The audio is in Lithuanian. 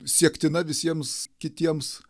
siektina visiems kitiems